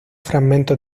fragmentos